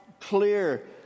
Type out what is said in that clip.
clear